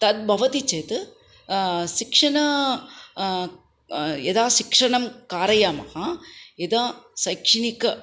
तद् भवति चेत् शिक्षणं यदा शिक्षणं कारयामः यदा शैक्षणिकः